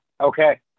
Okay